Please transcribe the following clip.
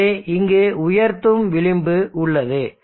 எனவே இங்கு உயர்த்தும் விளிம்பு உள்ளது